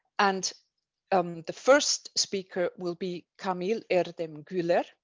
and um the first speaker will be cameleer them gilette.